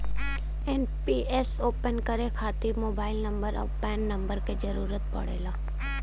NPS open करे खातिर mobile number आउर पैन नंबर क जरुरत पड़ला